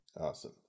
awesome